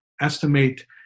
estimate